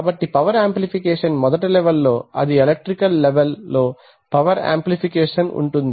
కాబట్టి power amplification మొదట level లో అది ఎలెక్ట్రికల్ లెవెల్ లో పవర్ ఆంప్లిఫికేషన్ ఉంటుంది